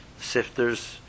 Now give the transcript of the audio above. sifters